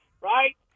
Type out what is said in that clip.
right